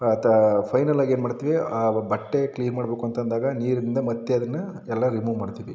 ಆತ ಫೈನಲಾಗಿ ಏನು ಮಾಡ್ತೀವಿ ಆ ಬಟ್ಟೆ ಕ್ಲೀನ್ ಮಾಡಬೇಕು ಅಂತ ಅಂದಾಗ ನೀರಿನಿಂದ ಮತ್ತೆ ಅದನ್ನು ಎಲ್ಲ ರಿಮೂವ್ ಮಾಡ್ತೀವಿ